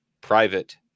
private